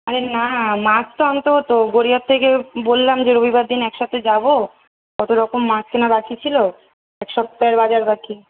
আরে না মাছ তো আনতে হতো গড়িয়ার থেকে বললাম যে রবিবার দিন একসাথে যাবো কত রকম মাছ কেনা বাকি ছিল এক সপ্তাহের বাজার বাকি